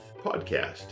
podcast